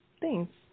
Thanks